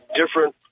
different